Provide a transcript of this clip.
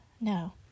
No